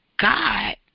God